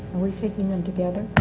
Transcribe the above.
are we taking them together?